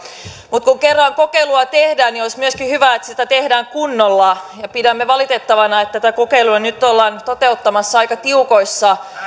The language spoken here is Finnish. mutta kun kerran kokeilua tehdään niin olisi myöskin hyvä että sitä tehdään kunnolla pidämme valitettavana että tätä kokeilua nyt ollaan toteuttamassa aika tiukoissa